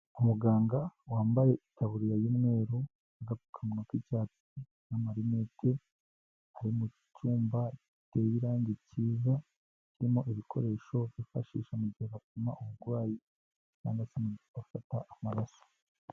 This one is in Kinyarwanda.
Umuganga wambaye ikaburiya y'umweru, agapfu kanwa k'icyatsi, na amarinete, ari mu cyumba giteye irangi cyiza kirimo ibikoresho byifashisha mu gihe bapima uburwayi cyangwa se afata amaraso.